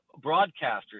broadcasters